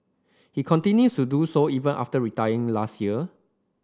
he continues to do so even after retiring last year